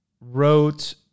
wrote